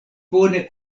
bone